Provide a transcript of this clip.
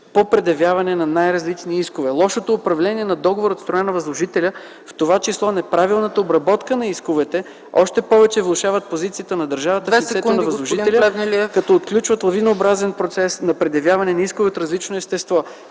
по предявяване на най-различни искове. Лошото управление на договора от страна на възложителя, в това число неправилната обработка на исковете, още повече влошават позицията на възложителя, като отключват лавинообразен процес на предявяване на искове от различно естество.